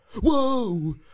whoa